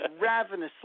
ravenously